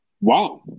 Wow